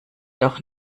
doch